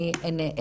אני,